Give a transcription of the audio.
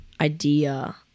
idea